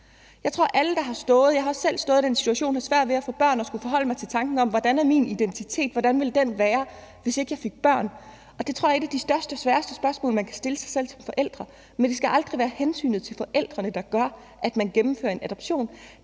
et forældreløst par. Jeg har selv stået i den situation at have svært ved at få børn og skulle forholde mig til tanken om, hvordan min identitet ville være, hvis ikke jeg fik børn, og det tror jeg er et af de største og sværeste spørgsmål, man kan stille sig selv som forælder. Men det skal aldrig være hensynet til forældrene, der gør, at man gennemfører en adoption.